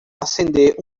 acender